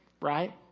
Right